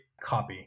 copy